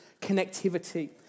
Connectivity